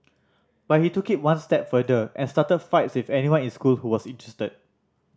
but he took it one step further and started fights with anyone in school who was interested